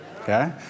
Okay